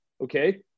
Okay